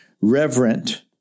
reverent